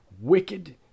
wicked